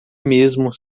mesmo